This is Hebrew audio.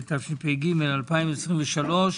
התשפ"ג-2023,